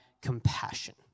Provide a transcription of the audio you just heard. compassion